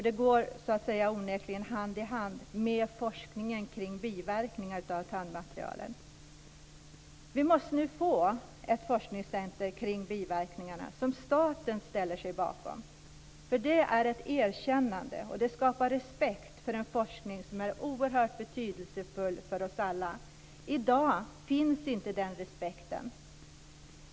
Det här går onekligen hand i hand med forskningen kring biverkningar av tandmaterialen. Vi måste nu få ett forskningscentrum kring biverkningarna som staten ställer sig bakom. Det är ett erkännande av och det skapar respekt för en forskning som är oerhört betydelsefull för oss alla. I dag finns inte den respekten.